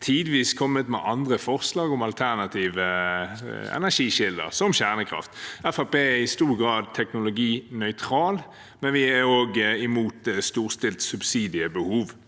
tidvis kommet med andre forslag om alternative energikilder, som kjernekraft. Fremskrittspartiet er i stor grad teknologinøytrale, men vi er også imot storstilte subsidiebehov.